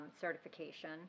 certification